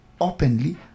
openly